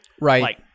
Right